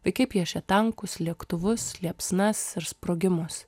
vaikai piešia tankus lėktuvus liepsnas ir sprogimus